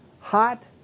hot